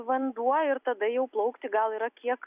vanduo ir tada jau plaukti gal yra kiek